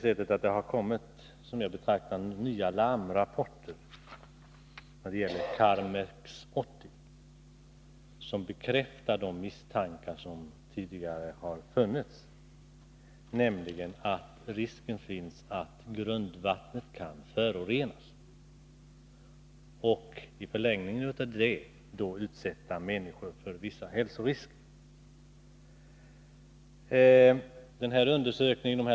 Det har kommit vad jag betraktar som nya larmrapporter beträffande Karmex 80 som bekräftar de misstankar som tidigare har funnits, nämligen att det finns risk för att grundvattnet kan förorenas och att i förlängningen människor kan utsättas för vissa hälsorisker.